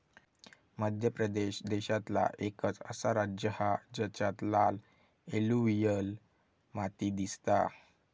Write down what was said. मध्य प्रदेश देशांतला एकंच असा राज्य हा जेच्यात लाल एलुवियल माती दिसता